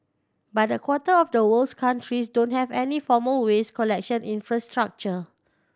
but a quarter of the world's countries don't have any formal waste collection infrastructure